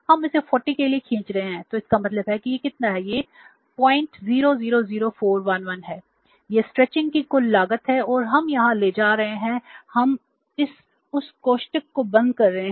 हम इसे 40 के लिए खींच रहे हैं तो इसका मतलब है कि यह कितना है यह 0000411 है